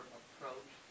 approach